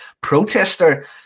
protester